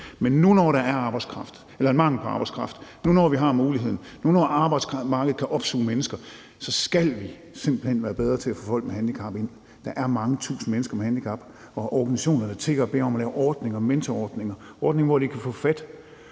Men nu, hvor der er mangel på arbejdskraft, nu, hvor vi har muligheden, og nu, hvor arbejdsmarkedet kan opsuge mennesker, så skal vi simpelt hen være bedre til at få folk med handicap ind. Der er mange tusind mennesker med handicap og organisationer, der tigger og beder om at lave ordninger, mentorordninger, ordninger, hvor de kan få fat